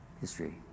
history